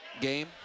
game